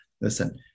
listen